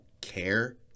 care